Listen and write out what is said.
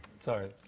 Sorry